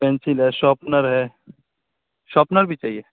pencil ہے sharpener ہے sharpener بھی چاہیے